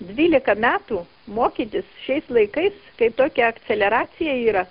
dvylika metų mokytis šiais laikais kai tokia akceleracija yra